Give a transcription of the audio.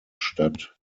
statt